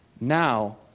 Now